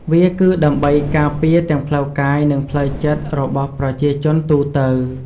វាគឺដើម្បីការពារទាំងផ្លូវកាយនិងផ្លូវចិត្តរបស់ប្រជាជនទូទៅ។